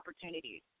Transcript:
opportunities